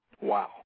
Wow